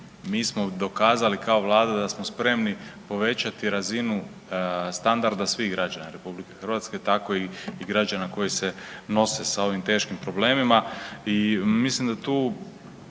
mi smo dokazali kao Vlada da smo spremni povećati razinu standarda svih građana RH, tako i građana koji se nose sa ovim teškim problemima i mislim da tu